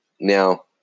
Now